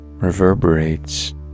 reverberates